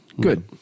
Good